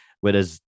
Whereas